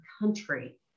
country